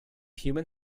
human